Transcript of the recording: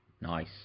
Nice